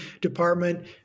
department